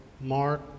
Mark